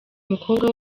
umukobwa